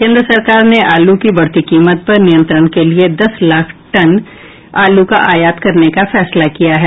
केन्द्र सरकार ने आलू की बढ़ती कीमत पर नियंत्रण के लिए दस लाख टन आलू का आयात करने का फैसला किया है